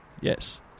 Yes